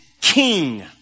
king